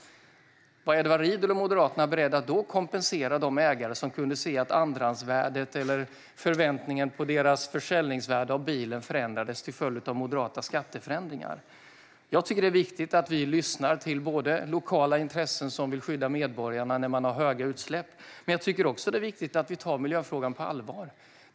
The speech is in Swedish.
Var Edward Riedl och Moderaterna beredda att då kompensera de ägare som kunde se att andrahandsvärdet eller det förväntade försäljningsvärdet på deras bil förändrades till följd av moderata skatteförändringar? Jag tycker att det är viktigt att vi lyssnar till lokala intressen som vill skydda medborgarna när man har höga utsläpp, men jag tycker också att det är viktigt att vi tar miljöfrågan på allvar.